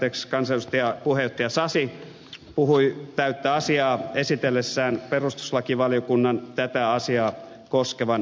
muun muassa kansanedustaja puheenjohtaja sasi puhui täyttä asiaa esitellessään perustuslakivaliokunnan tätä asiaa koskevan mietinnön